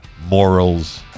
morals